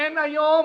אין היום